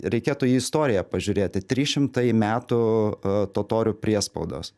reikėtų į istoriją pažiūrėti trys šimtai metų totorių priespaudos